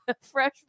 Fresh